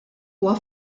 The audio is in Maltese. huwa